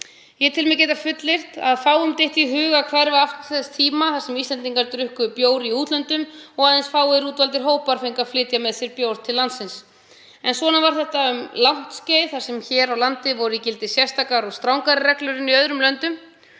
Ég tel mig geta fullyrt að fáum dytti í hug að hverfa aftur til þess tíma þar sem Íslendingar drukku bjór í útlöndum og aðeins fáir útvaldir hópar fengu að flytja með sér bjór til landsins. En svona var þetta um langt skeið þar sem hér á landi voru í gildi sérstakar og strangari reglur en í öðrum löndum.